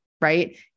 right